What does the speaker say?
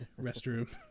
restroom